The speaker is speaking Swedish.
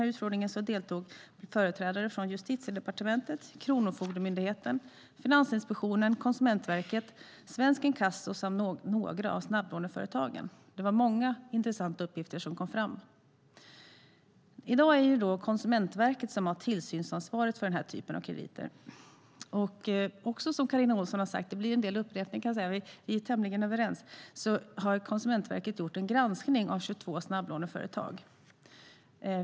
Vid utfrågningen deltog företrädare från Justitiedepartementet, Kronofogdemyndigheten, Finansinspektionen, Konsumentverket, Svensk Inkasso samt några av snabblåneföretagen. Det var många intressanta uppgifter som kom fram. I dag är det Konsumentverket som har tillsynsansvaret för den här typen av krediter. Som Carina Ohlsson också har sagt - det blir en del upprepning, kan jag säga; vi är tämligen överens - har Konsumentverket gjort en granskning av 22 snabblåneföretag.